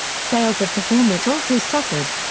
sales of the hornet also suffered.